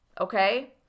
Okay